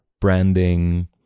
branding